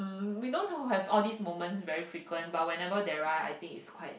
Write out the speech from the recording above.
we don't have have all these moments very frequent but whenever there are I think it's quite